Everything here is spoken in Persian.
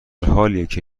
حالیکه